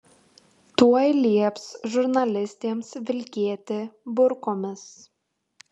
tuoj lieps žurnalistėms vilkėti burkomis